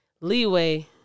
leeway